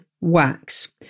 wax